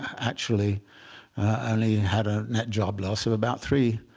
actually only had a net job loss of about three